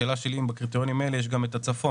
השאלה שלי אם בקריטריונים האלה יש גם את הצפון,